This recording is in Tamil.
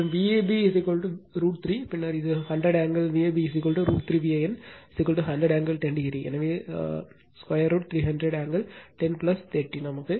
மற்றும் Vab √ 3 பின்னர் இது 100 angle Vab √ 3 Van 100 angle 10o எனவே √ 300 ஆங்கிள் 10 30